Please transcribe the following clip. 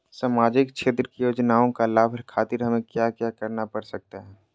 सामाजिक क्षेत्र की योजनाओं का लाभ खातिर हमें क्या क्या करना पड़ सकता है?